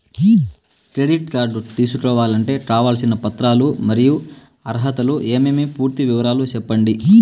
Credit card తీసుకోవాలంటే కావాల్సిన పత్రాలు మరియు అర్హతలు ఏమేమి పూర్తి వివరాలు సెప్పండి?